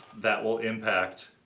that will impact